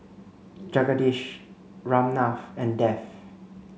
Jagadish Ramnath and Dev